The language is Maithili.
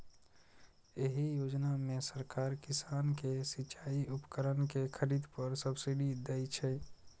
एहि योजना मे सरकार किसान कें सिचाइ उपकरण के खरीद पर सब्सिडी दै छै